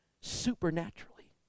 supernaturally